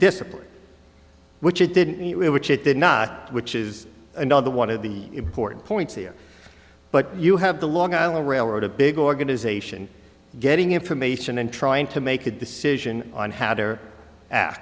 discipline which it didn't it which it did not which is another one of the important points here but you have the long island railroad a big organization getting information and trying to make a decision on had or a